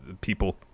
People